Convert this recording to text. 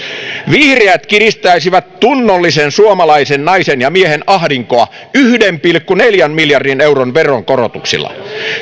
vihreät kiristäisivät tunnollisen suomalaisen naisen ja miehen ahdinkoa yhden pilkku neljän miljardin euron veronkorotuksilla